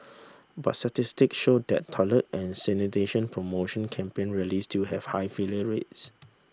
but statistics show that toilet and sanitation promotion campaign really still have high failure rate